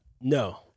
No